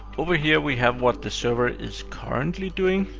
over here, we have what the server is currently doing.